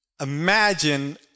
Imagine